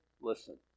Listen